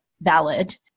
valid